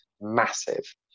massive